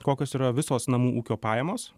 kokios yra visos namų ūkio pajamos